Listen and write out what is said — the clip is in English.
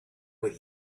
with